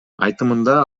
айтымында